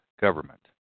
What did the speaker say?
government